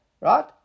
Right